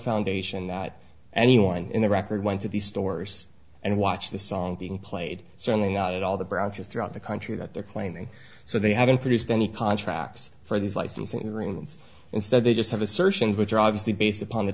foundation that anyone in the record went to these stores and watch the song being played certainly not at all the branches throughout the country that they're claiming so they haven't produced any contracts for these licensing agreements instead they just have assertions which are obviously based upon the